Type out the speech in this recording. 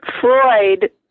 Freud